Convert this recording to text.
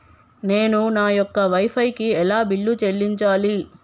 నేను నా యొక్క వై ఫై కి ఎలా బిల్లు చెల్లించాలి?